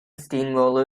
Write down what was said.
steamroller